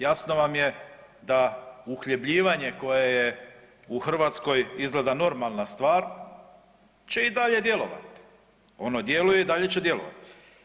Jasno vam je da uhljebljivanje koje je u Hrvatskoj izgleda normalna stvar će i dalje djelovati, ono djeluje i dalje će djelovati.